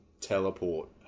teleport